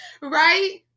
Right